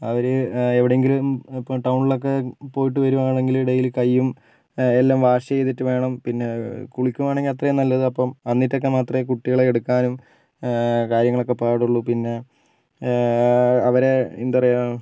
അവർ എവിടെയെങ്കിലും ഇപ്പം ടൗണിലൊക്കെ പോയിട്ട് വരുവാണെങ്കിൽ ഡെയ്ലി കയ്യും എല്ലാം വാഷ് ചെയ്തിട്ട് വേണം പിന്നെ കുളിക്കുവാണെങ്കിൽ അത്രയും നല്ലത് അപ്പം എന്നിട്ടൊക്കെ മാത്രമേ കുട്ടികളെ എടുക്കാനും കാര്യങ്ങളൊക്കെ പാടുള്ളു പിന്നെ അവരെ എന്താണ് പറയുക